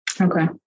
okay